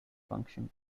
function